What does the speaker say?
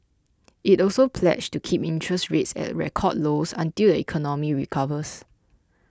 it also pledged to keep interest rates at record lows until the economy recovers